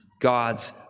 God's